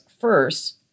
first